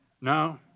No